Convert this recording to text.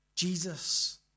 Jesus